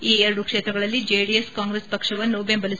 ಈ ಎರಡು ಕ್ಷೇತ್ರಗಳಲ್ಲಿ ಜೆಡಿಎಸ್ ಕಾಂಗ್ರೆಸ್ ಪಕ್ವವನ್ನು ಬೆಂಬಲಿಸಿದೆ